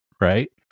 right